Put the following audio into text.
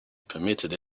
permitted